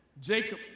Jacob